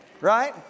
Right